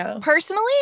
personally